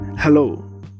Hello